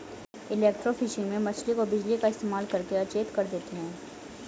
electrofishing में मछली को बिजली का इस्तेमाल करके अचेत कर देते हैं